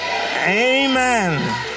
Amen